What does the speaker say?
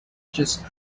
just